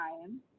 time